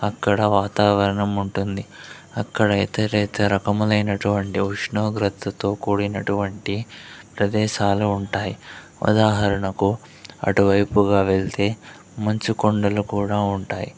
అక్కడ వాతావరణం ఉంటుంది అక్కడ అయితే రేతి రకములైనటువంటి ఉష్ణోగ్రతతో కూడినటువంటి ప్రదేశాలు ఉంటాయి ఉదాహరణకు అటు వైపుగా వెళ్తే మంచు కొండలు కూడా ఉంటాయి